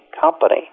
company